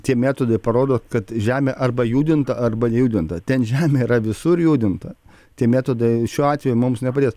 tie metodai parodo kad žemė arba judinta arba nejudinta ten žemė yra visur judinta tie metodai šiuo atveju mums nepadės